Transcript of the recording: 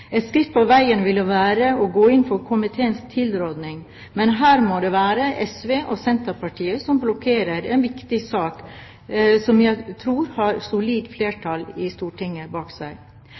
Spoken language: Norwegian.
Et skritt på veien ville være å gå inn for komiteens tilråding, men her må det være SV og Senterpartiet som blokkerer en viktig sak, som jeg tror har solid flertall i Stortinget bak seg.